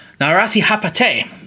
Narathi-Hapate